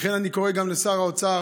אני קורא גם לשר האוצר